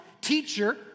Teacher